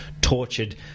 tortured